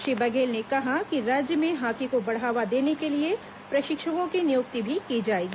श्री बघेल ने कहा कि राज्य में हॉकी को बढ़ावा देने के लिए प्रशिक्षकों की नियुक्ति भी की जाएगी